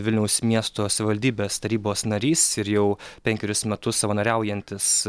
vilniaus miesto savivaldybės tarybos narys ir jau penkerius metus savanoriaujantis